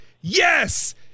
yes